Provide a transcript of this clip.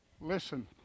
Listen